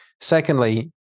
Secondly